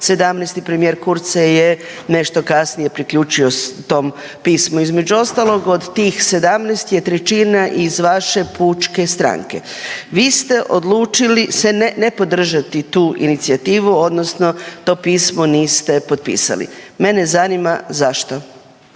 17. premijer Kurz se je nešto kasnije priključio s tom pismo. Između ostalog, od tih 17 je trećina iz vaše Pučke stranke. Vi ste odlučili ne podržati tu inicijativu, odnosno to pismo niste potpisali. Mene zanima zašto.